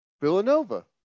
Villanova